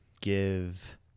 give